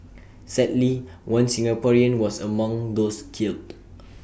sadly one Singaporean was among those killed